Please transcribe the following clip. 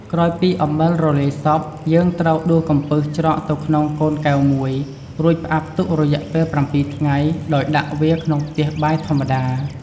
ក្រោយពីអំបិលរលាយសព្វ យើងត្រូវដួសកំពឹសច្រកទៅក្នុងកូនកែវមួយ រួចផ្អាប់ទុករយៈពេល ៧ថ្ងៃ ដោយដាក់វាក្នុងផ្ទះបាយធម្មតា។